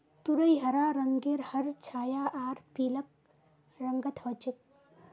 तुरई हरा रंगेर हर छाया आर पीलक रंगत ह छेक